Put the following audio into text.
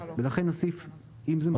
בסדר.